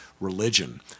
religion